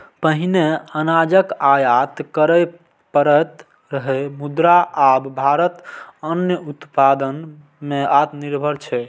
पहिने अनाजक आयात करय पड़ैत रहै, मुदा आब भारत अन्न उत्पादन मे आत्मनिर्भर छै